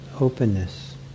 openness